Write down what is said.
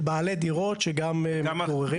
של בעלי דירות שגם מתגוררים.